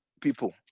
people